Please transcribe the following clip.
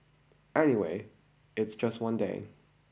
anyway it's just one day